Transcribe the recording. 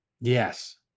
Yes